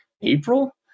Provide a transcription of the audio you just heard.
April